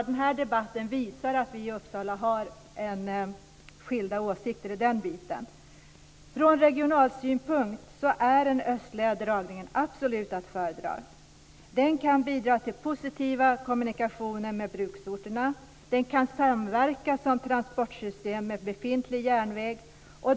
Den här debatten visar att vi i Uppsala har skilda åsikter vad gäller den delen. Från regional synpunkt är en östlig dragning absolut att föredra. Den kan bidra till positiva kommunikationer med bruksorterna. Den kan samverka som transportsystem med befintlig järnväg.